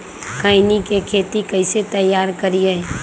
खैनी के खेत कइसे तैयार करिए?